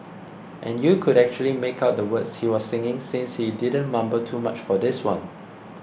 and you could actually make out the words he was singing since he didn't mumble too much for this one